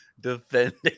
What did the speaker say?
defending